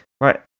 right